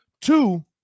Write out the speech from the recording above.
Two